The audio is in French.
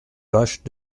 vache